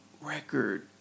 record